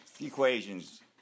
equations